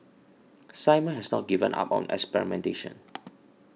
Simon has not given up on experimentation